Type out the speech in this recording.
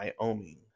Wyoming